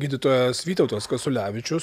gydytojas vytautas kasiulevičius